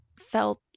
felt